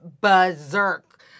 berserk